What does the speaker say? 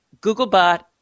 Googlebot